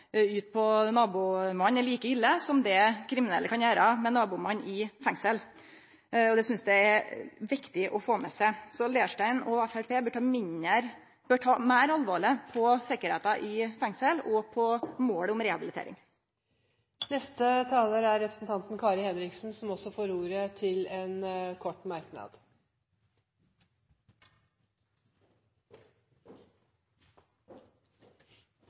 er like ille som det den kriminelle kan ha på nabomannen i fengsel. Det synest eg er viktig å få med seg. Leirstein og Framstegspartiet bør ta sikkerheita i fengsel og målet om rehabilitering meir alvorleg. Representanten Kari Henriksen har hatt ordet to ganger tidligere og får ordet til en kort